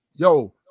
Yo